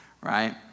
right